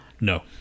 No